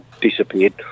disappeared